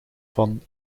van